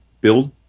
build